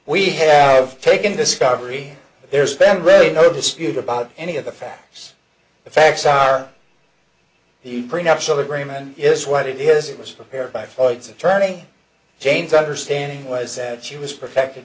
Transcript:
we have taken discovery there spent really no dispute about any of the facts the facts are the prenuptial agreement is what it is it was prepared by floyd's attorney jane's understanding was that she was protected